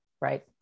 Right